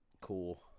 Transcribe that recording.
Cool